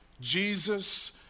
Jesus